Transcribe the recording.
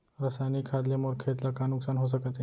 रसायनिक खाद ले मोर खेत ला का नुकसान हो सकत हे?